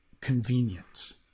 convenience